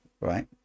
Right